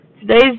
Today's